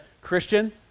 Christian